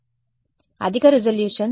విద్యార్థి అధిక రిజల్యూషన్